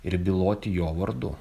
ir byloti jo vardu